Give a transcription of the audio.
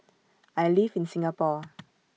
I live in Singapore